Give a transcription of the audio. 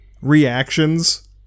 reactions